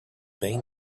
been